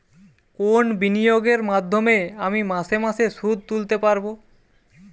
কোন বিনিয়োগের মাধ্যমে আমি মাসে মাসে সুদ তুলতে পারবো?